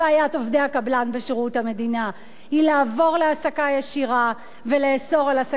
בשירות המדינה היא לעבור להעסקה ישירה ולאסור העסקה בקבלנות.